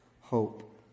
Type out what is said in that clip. hope